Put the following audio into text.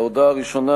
ההודעה הראשונה,